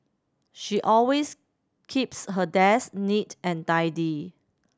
she always keeps her desk neat and tidy